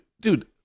dude